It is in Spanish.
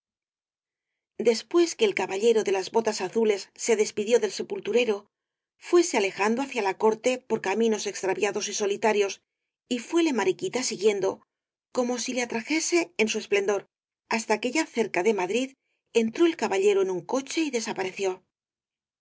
después que el caballero de las botas azules se despidió del sepulturero fuese alejando hacia la corte por caminos extraviados y solitarios y fuéle mariquita siguiendo como si le atrajese con su esplendor hasta que ya cerca de madrid entró el caballero en un coche y desapareció